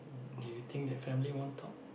do you think that family won't talk